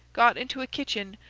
got into a kitchen,